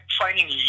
finding